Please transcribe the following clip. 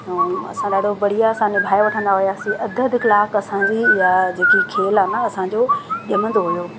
ऐं असां ॾाढो बढ़िया सां निभाए वठंदा हुआसीं अध अध कलाक असांजी इहा जेकी खेल आहे न असांजो जमंदो हुओ